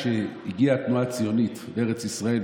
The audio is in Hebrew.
כשהגיעה התנועה הציונית לארץ ישראל,